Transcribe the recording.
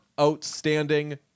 outstanding